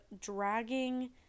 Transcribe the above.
dragging